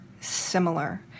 similar